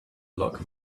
lock